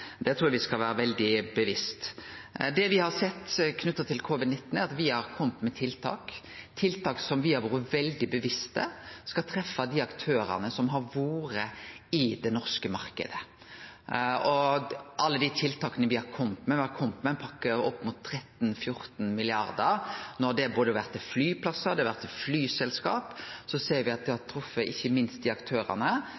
det trur eg me skal vere veldig bevisste. Det me har gjort knytt til covid-19, er at me har kome med tiltak, tiltak som me har vore veldig bevisste på skal treffe dei aktørane som har vore i den norske marknaden. Alle dei tiltaka me har kome med – me har kome med ein pakke på opp mot 13–14 mrd. kr, som har vore både til flyplassar og til flyselskap – ser